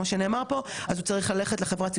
או שהוא עכשיו צריך ללכת ללשכה הפרטית,